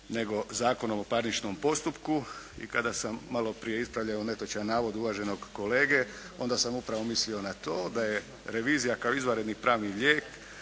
nego Zakonom o parničnom postupku i kada sam malo prije ispravljao netočan navod uvaženog kolege onda sam upravo mislio na to da je revizija kao izvanredni pravni lijek